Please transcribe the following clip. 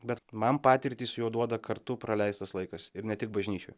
bet man patirtį su juo duoda kartu praleistas laikas ir ne tik bažnyčioj